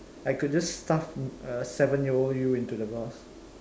I could just stuff uh seven year old you into the vase